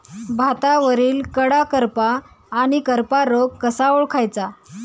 भातावरील कडा करपा आणि करपा रोग कसा ओळखायचा?